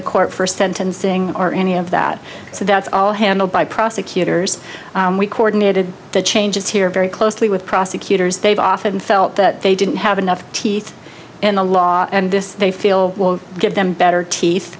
the court first sentencing or any of that so that's all handled by prosecutors we coordinated the changes here very closely with prosecutors they've often felt that they didn't have enough teeth in the law and this they feel will give them better teeth